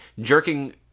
jerking